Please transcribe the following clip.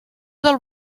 del